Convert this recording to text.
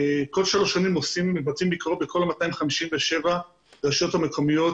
כל שלוש שנים מבצעים ביקורות בכל ה-257 הרשויות המקומיות